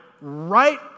right